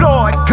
Lord